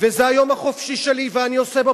וזה היום החופשי שלי ואני עושה בו